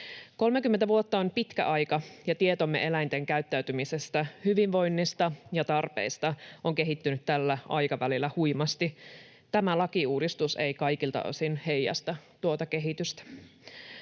30 vuotta on pitkä aika, ja tietomme eläinten käyttäytymisestä, hyvinvoinnista ja tarpeista on kehittynyt tällä aikavälillä huimasti. Tämä lakiuudistus ei kaikilta osin heijasta tuota kehitystä.